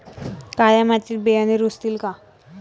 काळ्या मातीत बियाणे रुजतील का?